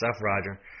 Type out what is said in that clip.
Roger